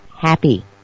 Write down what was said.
happy